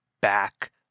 back